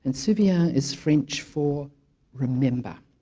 and souviens is french for remember